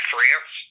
France